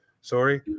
Sorry